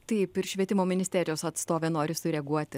taip ir švietimo ministerijos atstovė nori sureaguoti